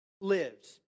lives